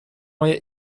های